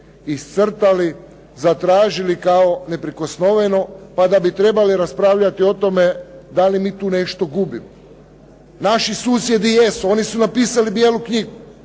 iscrtali, zatražili kao neprikosnoveno pa da bi trebali raspravljati o tome da li mi tu nešto gubimo. Naši susjedi jesu, oni su napisali bijelu knjigu